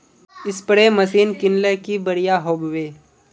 Spray machine किनले की बढ़िया होबवे?